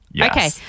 Okay